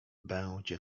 będzie